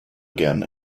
again